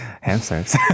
Hamsters